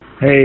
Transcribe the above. Hey